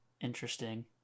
Interesting